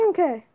Okay